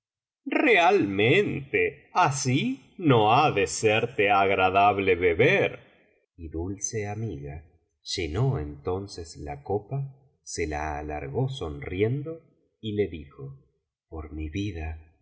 realmente así no ha de serte agradable beber y dulce amiga llenó entonces la copa se la alargó sonriendo y le dijo por mi vida